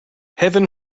heaven